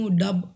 dub